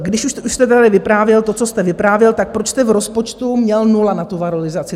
Když už jste tady vyprávěl to, co jste vyprávěl, tak proč jste v rozpočtu měl nulu na tu valorizaci?